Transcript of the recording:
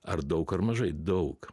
ar daug ar mažai daug